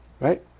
Right